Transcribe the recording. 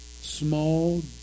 small